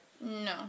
No